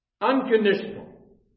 unconditional